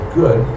good